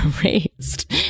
erased